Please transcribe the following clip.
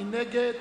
מי נגד?